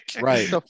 right